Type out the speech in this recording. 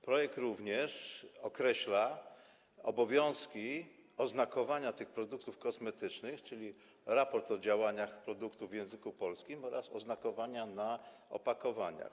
Projekt również określa obowiązki oznakowania tych produktów kosmetycznych, czyli raport o działaniach produktów w języku polskim, oraz oznakowania na opakowaniach.